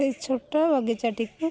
ସେଇ ଛୋଟ ବଗିଚାଟିକୁ